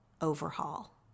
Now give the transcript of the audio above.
overhaul